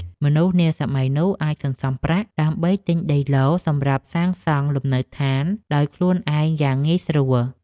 មនុស្សនាសម័យនោះអាចសន្សំប្រាក់ ដើម្បីទិញដីឡូត៍សម្រាប់សាងសង់លំនៅឋានដោយខ្លួនឯងយ៉ាងងាយស្រួល។